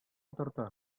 тарта